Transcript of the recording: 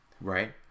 right